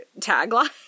tagline